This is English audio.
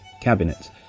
cabinet